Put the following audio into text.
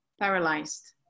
paralyzed